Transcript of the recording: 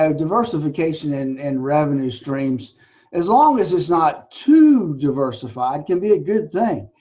and diversification in and revenue streams as long as it's not too diversified can be a good thing.